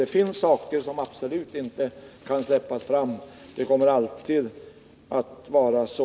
Det finns vissa saker som man absolut inte kan släppa fram. Det kommer alltid att vara så.